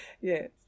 Yes